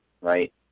Right